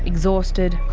exhausted,